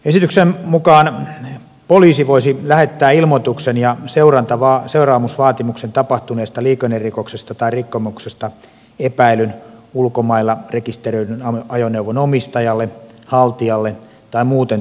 esityksen mukaan poliisi voisi lähettää ilmoituksen ja seuraamusvaatimuksen tapahtuneesta liikennerikoksesta tai rikkomuksesta epäillyn ulkomailla rekisteröidyn ajoneuvon omistajalle haltijalle tai muuten tunnistetulle henkilölle